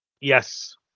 Yes